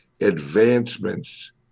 advancements